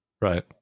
right